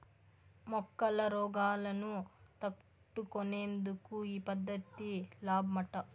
మొక్కల రోగాలను తట్టుకునేందుకు ఈ పద్ధతి లాబ్మట